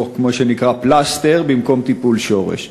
או כמו שנקרא "פלסטר" במקום טיפול שורש.